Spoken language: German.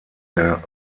der